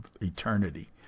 eternity